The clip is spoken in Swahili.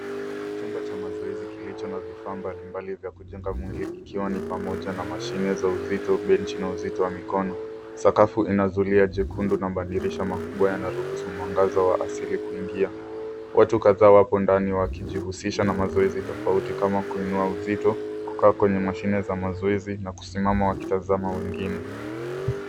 Chombo cha mazoezi kilicho na vifaa mbalimbali vya kujenga mwili ikiwa ni pamoja na mashine za uzito, benchi na uzito wa mikono. Sakafu ina zulia jekundu na madirisha makubwa yanaruhusu mwanga za asili kuingia. Watu kadhaa wapo ndani wakijuhusisha na mazoezi tofauti kama kuinua uzito, kukaa kwenye mashine za mazoezi na kusimama wakitazama wengine.